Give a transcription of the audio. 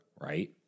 right